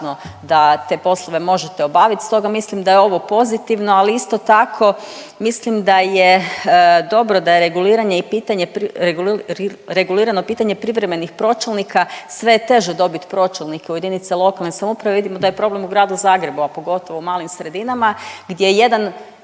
da te poslove možete obavit, stoga mislim da je ovo pozitivno ali isto tako mislim da je dobro da je reguliranje i pitanje regulirano pitanje privremenih pročelnika. Sve je teže dobit pročelnike u jedinice lokalne samouprave. Vidimo da je problem u gradu Zagrebu, a pogotovo u malim sredinama gdje jedan